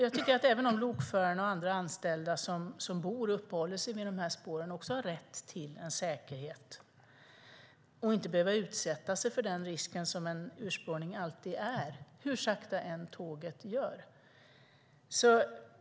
Jag tycker att även lokförarna och andra anställda som bor och uppehåller sig vid spåren har rätt till säkerhet och inte ska behöva utsätta sig för den risk som en urspårning alltid är hur sakta än tåget går.